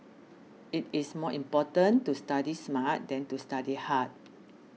it is more important to study smart than to study hard